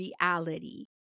reality